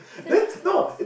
I tell you the story